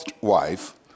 wife